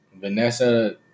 Vanessa